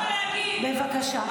אני קוראת אותך בקריאה ראשונה.